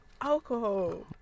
alcohol